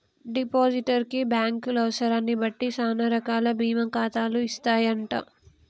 depositor కి బ్యాంకులు అవసరాన్ని బట్టి సానా రకాల బీమా ఖాతాలు ఇస్తాయంట